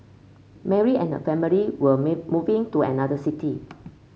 Mary and her family will may moving to another city